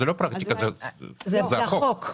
לא, זה החוק.